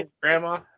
grandma